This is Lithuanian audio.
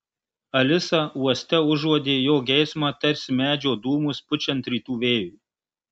alisa uoste užuodė jo geismą tarsi medžio dūmus pučiant rytų vėjui